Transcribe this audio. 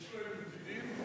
יש להם בדידים?